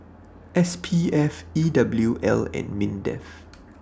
S P F E W L and Mindef